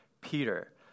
Peter